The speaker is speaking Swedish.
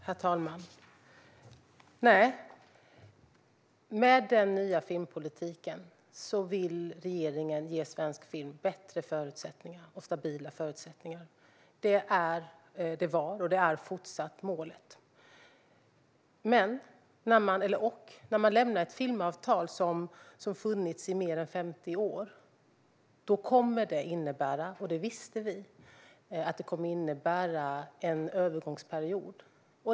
Herr talman! Nej, med den nya filmpolitiken vill regeringen ge svensk film bättre och stabila förutsättningar. Det var, och det är fortsatt, målet. När man lämnar ett filmavtal som har funnits i mer än 50 år kommer det dock, vilket vi visste, att innebära en övergångsperiod.